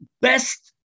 best